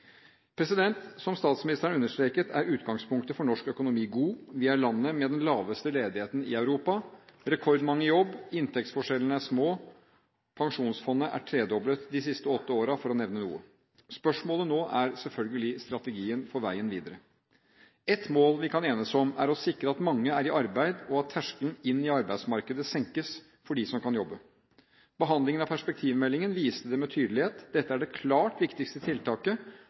Som statsministeren understreket, er utgangspunktet for norsk økonomi god. Vi er landet med den laveste ledigheten i Europa – rekordmange er i jobb, inntektsforskjellene er små og Pensjonsfondet er tredoblet de siste åtte årene, for å nevne noe. Spørsmålet nå er selvfølgelig strategien for veien videre. Ett mål vi kan enes om, er å sikre at mange er i arbeid, og at terskelen inn i arbeidsmarkedet senkes for dem som kan jobbe. Behandlingen av perspektivmeldingen viste det med tydelighet, dette er det klart viktigste tiltaket